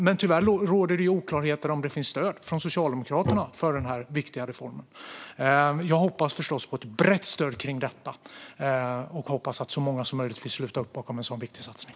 Men tyvärr råder det oklarhet om huruvida det finns stöd från Socialdemokraterna för denna viktiga reform. Jag hoppas förstås på ett brett stöd för detta och hoppas att så många som möjligt vill sluta upp bakom en sådan viktig satsning.